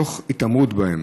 תוך התעמרות בהם.